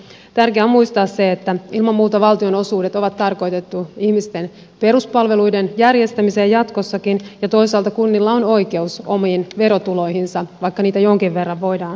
tärkeää on muistaa se että ilman muuta valtionosuudet on tarkoitettu ihmisten peruspalveluiden järjestämiseen jatkossakin ja toisaalta kunnilla on oikeus omiin verotuloihinsa vaikka niitä jonkin verran voidaan tasata